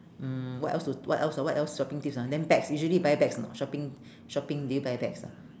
mm what else to what else so what else shopping tips ah then bags usually you buy bags or not shopping shopping do you buy bags ah